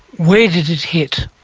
where did it hit?